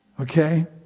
Okay